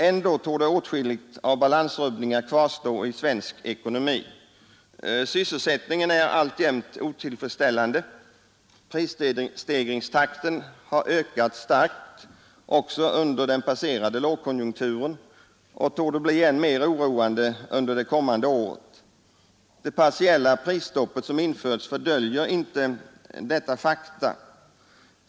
Ändå torde åtskilliga balansrubbningar kvarstå i svensk ekonomi Sysselsättningen är alltjämt otillfredsställande. Prisstegringstakten har ökat starkt också under den passerade lågkonjunkturen och torde bli än mer oroande under det kommande året. Det partiella prisstopp som införts fördöljer inte detta fakta.